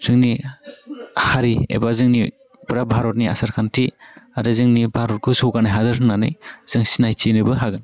जोंनि हारि एबा जोंनि फुरा भारतनि आसार खान्थि आरो जोंनि भारतखौ जौगानाय हादर होन्नानै जों सिनायथि होनोबो हागोन